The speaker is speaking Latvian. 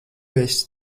esi